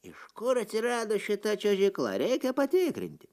iš kur atsirado šita čiuožykla reikia patikrinti